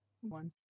One